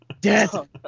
Death